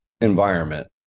environment